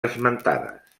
esmentades